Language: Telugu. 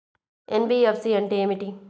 ఎన్.బీ.ఎఫ్.సి అంటే ఏమిటి?